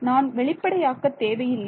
நான் வெளிப்படையாக்கத் தேவையில்லை